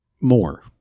more